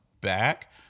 back